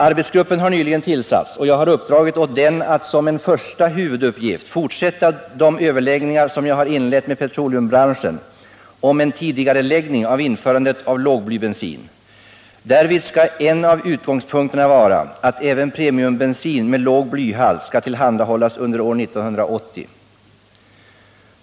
Arbetsgruppen har nyligen tillsatts och jag har uppdragit åt den att som en första huvuduppgift fortsätta de överläggningar som jag har inlett med petroleumbranschen om en tidigareläggning av införandet av lågblybensin. Därvid skall en av utgångspunkterna vara att även premiumbensin med låg blyhalt skall tillhandahållas under år 1980.